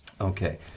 Okay